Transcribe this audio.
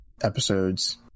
episodes